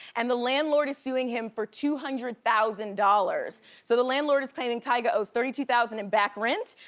and the landlord is suing him for two hundred thousand dollars. so the landlord is claiming tyga owes thirty two thousand in back rent.